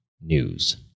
news